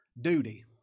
duty